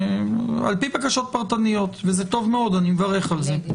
זה טוב מאוד, אני מברך על זה.